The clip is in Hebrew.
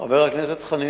חברת הכנסת חנין,